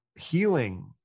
healing